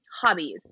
hobbies